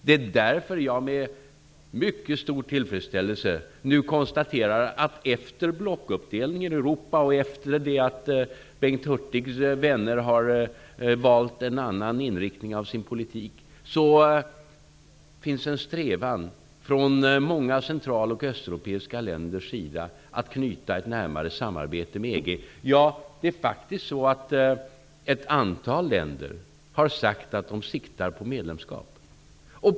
Det är därför jag med mycket stor tillfredsställelse konstaterar att det efter blockuppdelningen av Europa och efter det att Bengt Hurtigs vänner har valt en annan inriktning av sin politik, finns en strävan från många central och östeuropeiska länder att knyta ett närmare samarbete med EG. Det är faktiskt så att ett antal länder har sagt att de siktar på medlemskap.